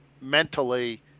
mentally